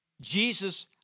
Jesus